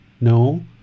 No